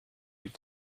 with